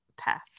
path